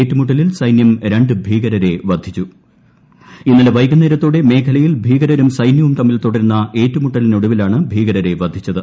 ഏറ്റുമുട്ടലിൽ സൈന്യം രണ്ട് ് ഇന്നലെ വൈകുന്നേരത്തോടെ മേഖലയിൽ ഭീകരരും സൈന്യവും തമ്മിൽ തുടരുന്ന ഏറ്റുമുട്ടലിനൊടുവിലുണ് ഭീകരരെ വധിച്ചത്